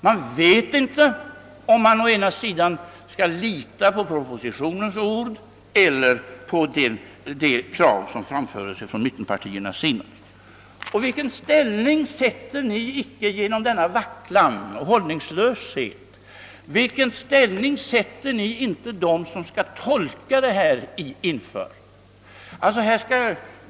Man hade inte vetat, om man skulle lita på propositionens ord eller på de krav som framförts av mittenpartierna. I vilken ställning försätter ni inte genom denna vacklan och hållningslöshet dem som skall tolka det hela?